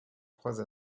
croisent